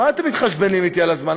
מה אתם מתחשבנים אתי על הזמן?